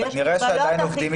כנראה שעדיין עובדים איתן לא מעט.